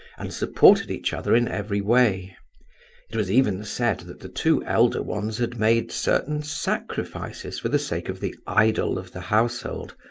and supported each other in every way it was even said that the two elder ones had made certain sacrifices for the sake of the idol of the household,